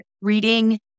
reading